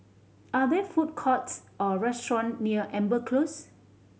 are there food courts or restaurant near Amber Close